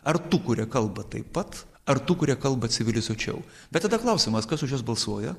ar tų kurie kalba taip pat ar tų kurie kalba civilizuočiau bet tada klausimas kas už juos balsuoja